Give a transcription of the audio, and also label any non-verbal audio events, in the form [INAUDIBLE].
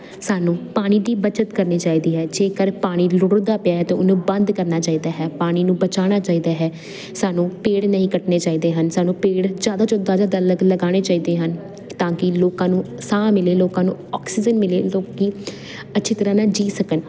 ਸਾਨੂੰ ਪਾਣੀ ਦੀ ਬਚਤ ਕਰਨੀ ਚਾਹੀਦੀ ਹੈ ਜੇਕਰ ਪਾਣੀ ਲੁੜਦਾ ਪਿਆ ਤਾ ਉਹਨੂੰ ਬੰਦ ਕਰਨਾ ਚਾਹੀਦਾ ਹੈ ਪਾਣੀ ਨੂੰ ਬਚਾਣਾ ਚਾਹੀਦਾ ਹੈ ਸਾਨੂੰ ਪੇੜ ਨਹੀਂ ਕੱਟਣੇ ਚਾਹੀਦੇ ਹਨ ਸਾਨੂੰ ਪੇੜ ਜਿਆਦਾ [UNINTELLIGIBLE] ਲਗਾਣੇ ਚਾਹੀਦੇ ਹਨ ਤਾਂ ਕਿ ਲੋਕਾਂ ਨੂੰ ਸਾਹ ਮਿਲੇ ਲੋਕਾਂ ਨੂੰ ਆਕਸੀਜਨ ਮਿਲੇ ਲੋਕੀ ਅੱਛੀ ਤਰ੍ਹਾਂ ਨਾਲ ਜੀ ਸਕਣ